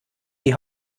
die